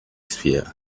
sphere